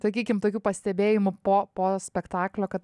sakykim tokių pastebėjimų po po spektaklio kad